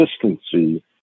consistency